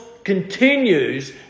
Continues